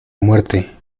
muerte